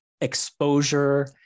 exposure